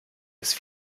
ist